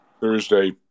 Thursday